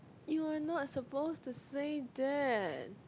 you are not supposed to say that